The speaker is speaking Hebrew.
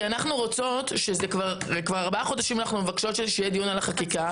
כי אנחנו רוצות ומבקשות כבר ארבעה חודשים שיהיה דיון על החקיקה,